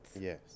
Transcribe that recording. Yes